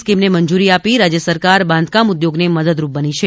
સ્કીમને મંજૂરી આપી રાજ્ય સરકાર બાંધકામ ઉદ્યોગ ને મદદરૂપ બની છે